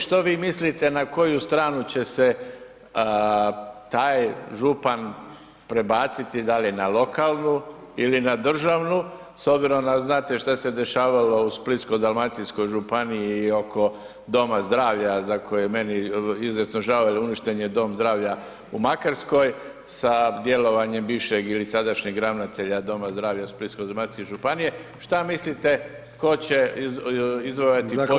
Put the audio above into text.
Što vi mislite na koju stranu će se taj župan prebaciti, da li na lokalnu ili na državnu s obzirom da znate šta se dešavalo u Splitsko-dalmatinskoj županiji i oko doma zdravlja za koje je meni izuzetno žao jer uništen je dom zdravlja u Makarskoj sa djelovanjem bivšeg ili sadašnjeg ravnatelja doma zdravlja u Splitsko-dalmatinsko županije, šta mislite tko će izvojevati pobjedu u tom sukobu?